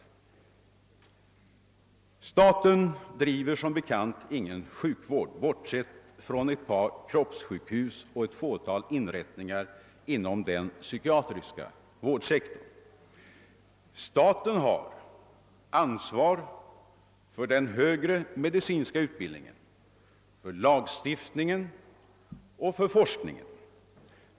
Staten driver som bekant ingen sjukvård, bortsett från ett par kroppssjukhus och ett fåtal inrättningar inom den psykiatriska vårdsektorn, utan staten ansvarar för den högre medicinska utbildningen, lagstiftningen och forskningen.